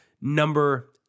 number